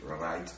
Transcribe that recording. right